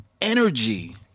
energy